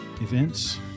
events